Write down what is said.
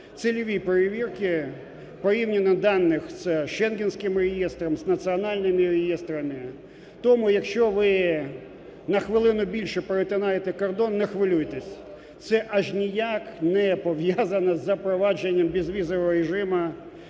цільові перевірки порівняно даних це з Шенгенським реєстром, з національними реєстрами. Тому, якщо ви на хвилину більше перетинаєте кордон, не хвилюйтесь, це аж ніяк не пов'язано з запровадженням безвізового режиму